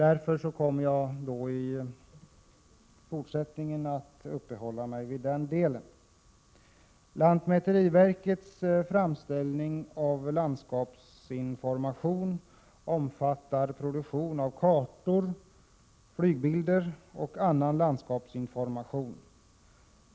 Jag kommer i fortsättningen att uppehålla mig vid den saken. Lantmäteriverkets framställning av landskapsinformation omfattar produktion av kartor, flygbilder och annan landskapsinformation.